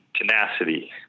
Tenacity